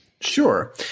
Sure